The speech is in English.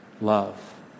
love